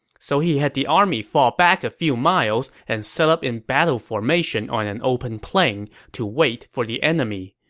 so he had the army fall back a few miles and set up in battle formation on an open plain to wait for the enemy.